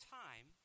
time